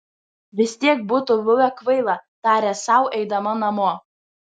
vis tiek būtų buvę kvaila tarė sau eidama namo